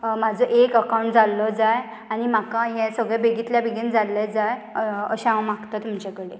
म्हाजो एक अकावंट जाल्लो जाय आनी म्हाका हें सगळें बेगींतल्या बेगीन जाल्लें जाय अशें हांव मागतां तुमचे कडेन